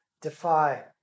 defy